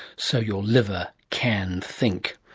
so your liver can think.